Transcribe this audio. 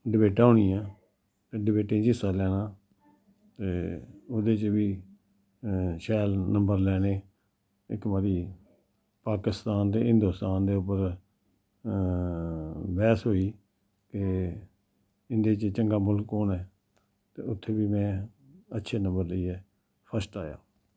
डवेटां होनियां डवेटें च हिस्सा लैना ते ओह्दे च बी शैल नम्बर लैने इक बारी पाकिस्तान ते हिन्दोस्तान दे उप्पर बैह्स होई ते इन्दे च चंग्गा मुल्ख कोन ऐ ते उत्थै फ्ही में अच्छे नम्बर लेइयै फस्ट आया